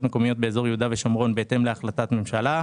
מקומיות באזור יהודה ושומרון בהתאם להחלטת ממשלה,